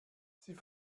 sie